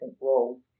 role